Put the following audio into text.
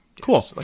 Cool